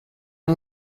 are